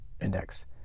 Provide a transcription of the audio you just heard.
index